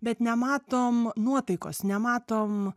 bet nematom nuotaikos nematom